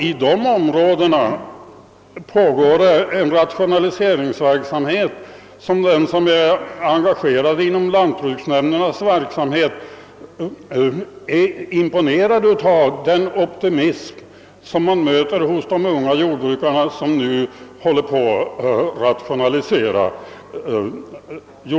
I dessa områden pågår rationaliseringsverk samhet. Den som är engagerad i lantbruksnämndernas arbete blir imponerad av den optimism som man möter hos de unga jordbrukare som nu håller på att rationalisera.